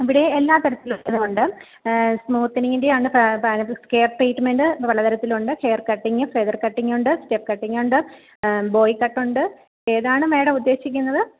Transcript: ഇവിടെ എല്ലാ തരത്തിലുള്ളതും ഉണ്ട് സ്മൂത്ത്നിങ്ങിൻ്റെ ആണ് പലത് ഹെയർ ട്രീറ്റ്മെൻറ്റ് പല തരത്തിലുണ്ട് ഹെയർ കട്ടിംഗ് ഫെദർ കട്ടിംഗ് ഉണ്ട് സ്റ്റെപ്പ് കട്ടിംഗ് ഉണ്ട് ബോയ് കട്ട് ഉണ്ട് ഏതാണ് മേഡം ഉദ്ദേശിക്കുന്നത്